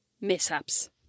mishaps